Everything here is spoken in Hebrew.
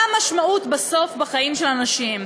מה המשמעות, בסוף, בחיים של האנשים?